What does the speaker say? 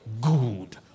good